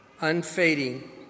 unfading